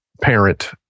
parent